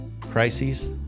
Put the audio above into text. crises